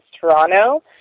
Toronto